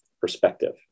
perspective